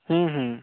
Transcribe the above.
हूँ हूँ